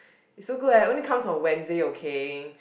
it's so good leh only comes on Wednesday okay